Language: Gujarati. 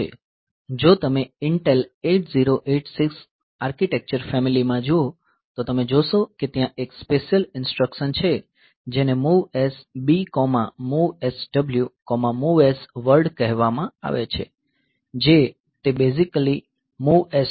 જો તમે ઇન્ટેલ 8086 આર્કિટેક્ચર ફેમીલી માં જુઓ તો તમે જોશો કે ત્યાં એક સ્પેશીયલ ઈન્સ્ટ્રકશન છે જેને MOVS B MOVS W MOVS word કહેવામાં આવે છે જે બેઝીકલી તે MOVS છે